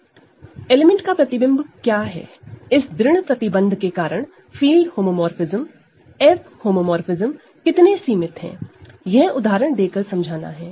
Refer Slide Time 1322 element की image क्या है इस दृढ़ प्रतिबंध के कारण फील्ड होमोमोरफ़िज्म F होमोमोरफ़िज्मस कितने सीमित है यह उदाहरण देकर समझाना है